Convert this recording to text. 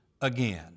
again